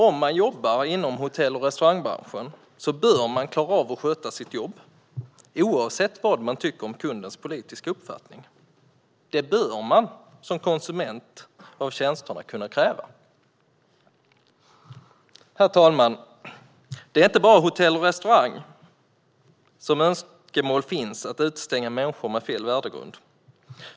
Om man jobbar inom hotell och restaurangbranschen bör man klara av att sköta sitt jobb, oavsett vad man tycker om kundens politiska uppfattning. Det bör man som konsument av tjänsterna kunna kräva. Herr talman! Det är inte bara från hotell och restauranger som önskemål finns om att utestänga människor med fel värdegrund.